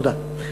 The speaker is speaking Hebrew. תודה.